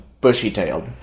bushy-tailed